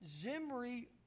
Zimri